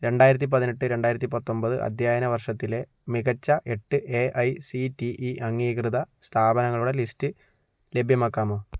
രണ്ടായിരത്തി പതിനെട്ട് രണ്ടായിരത്തി പത്തൊമ്പത് അധ്യയന വർഷത്തിലെ മികച്ച എട്ട് എഐസിടിഇ അംഗീകൃത സ്ഥാപനങ്ങളുടെ ലിസ്റ്റ് ലഭ്യമാക്കാമോ